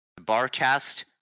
Barcast